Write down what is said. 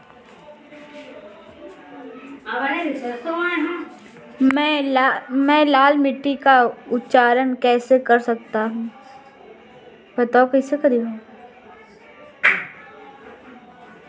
मैं लाल मिट्टी का उपचार कैसे कर सकता हूँ?